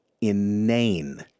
inane